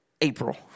April